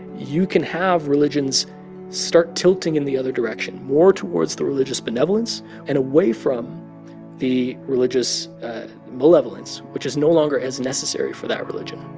you can have religions start tilting in the other direction, more towards the religious benevolence and away from the religious malevolence, which is no longer as necessary for that religion